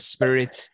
spirit